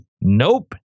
nope